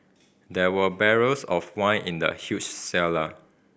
there were barrels of wine in the huge cellar